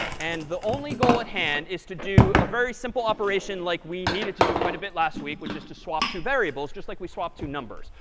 and the only goal at hand is to do a very simple operation like we needed to do quite a bit last week, which is to swap two variables just like we swap two numbers.